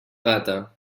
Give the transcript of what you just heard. gata